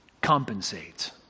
compensate